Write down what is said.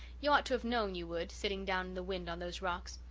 you ought to have known you would, sitting down in the wind on those rocks.